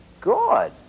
Good